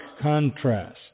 contrast